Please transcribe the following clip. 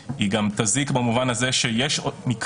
גם העבירה של תקיפה שגורמת חבלה של ממש המונח